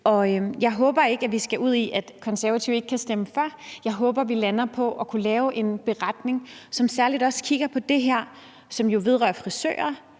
Jeg håber ikke, at vi skal ud i, at Konservative ikke kan stemme for. Jeg håber, at vi lander på at kunne lave en beretning, som også kigger særligt på det her